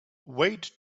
wait